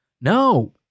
No